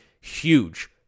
Huge